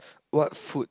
what food